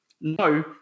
no